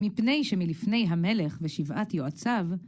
מפני שמלפני המלך ושבעת יועציו,